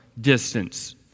distance